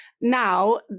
now